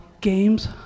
Games